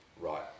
right